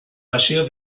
paseo